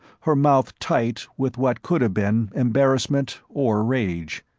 her mouth tight with what could have been embarrassment or rage.